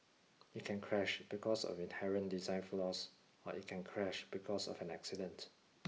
it can crash because of inherent design flaws or it can crash because of an accident